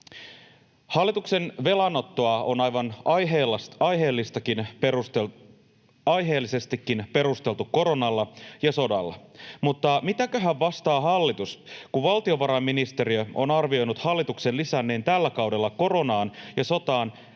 Hallituksen velanottoa on aivan aiheellisestikin perusteltu koronalla ja sodalla. Mutta mitäköhän vastaa hallitus, kun valtiovarainministeriö on arvioinut hallituksen lisänneen tällä kaudella koronaan ja sotaan